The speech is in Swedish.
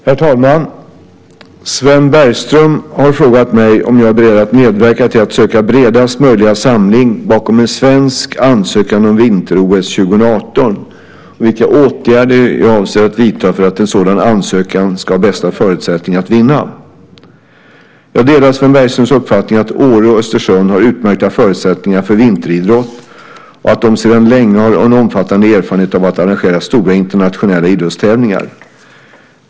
Herr talman! Sven Bergström har frågat mig om jag är beredd att medverka till att söka bredast möjliga samling bakom en svensk ansökan om vinter-OS 2018 och vilka åtgärder jag avser att vidta för att en sådan ansökan ska ha bästa förutsättningar att vinna. Jag delar Sven Bergströms uppfattning att Åre och Östersund har utmärkta förutsättningar för vinteridrott och att de sedan länge har en omfattande erfarenhet av att arrangera stora internationella idrottstävlingar.